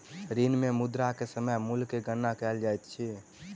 ऋण मे मुद्रा के समय मूल्य के गणना कयल जाइत अछि